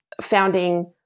Founding